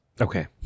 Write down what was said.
Okay